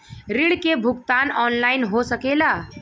ऋण के भुगतान ऑनलाइन हो सकेला?